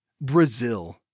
Brazil